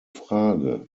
frage